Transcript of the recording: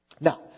Now